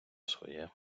своє